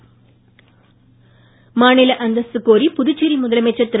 பாஜக மாநில அந்தஸ்து கோரி புதுச்சேரி முதலமைச்சர் திரு